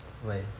why